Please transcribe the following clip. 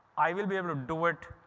i will be able to do it,